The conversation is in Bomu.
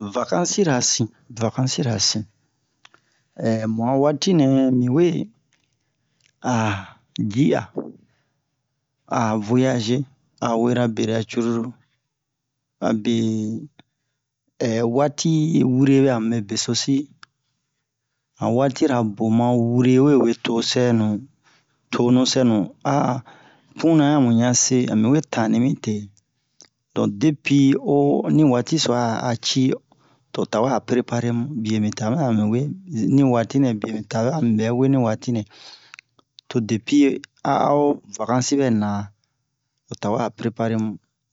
Vakansi-ra sin vakansi-ra sin mu a waati-nɛ mi we a ci'a a voyaze a we bera curulu abe waati wure ɓɛ'a mube besosi han waati-ra boma wure we wee to cɛ-nu tonu cɛ-nu a punna mu ɲan se a mi we tanni mite donk depi o ni waati a a ci to o tawe a o prepare mu biye mi tawe a wee ni waati biye mi tawe ami ɓɛ wee ni waati nɛ to depi a o o vakansi ɓɛ na o tawɛ a o prepare mu